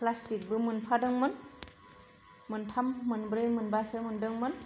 प्लास्टिकबो मोनफादोंमोन मोनथाम मोनब्रै मोनबासो मोनदोंमोन